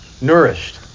nourished